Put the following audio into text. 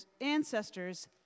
ancestors